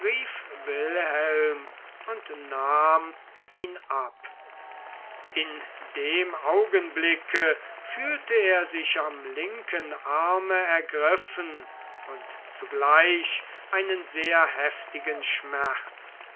und nahm ihn ab in dem augenblicke fühlte er sich am linken arme ergriffen und zugleich einen sehr heftigen schmerz